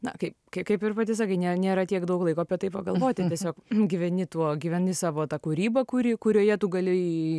na kaip kaip ir pati sakai nė nėra tiek daug laiko apie tai pagalvoti tiesiog gyveni tuo gyveni savo ta kūryba kuri kurioje tu gali